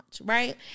right